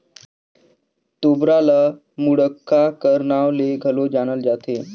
तोबरा ल मुड़क्का कर नाव ले घलो जानल जाथे